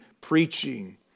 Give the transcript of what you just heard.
preaching